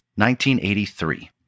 1983